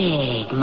Big